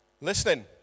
listening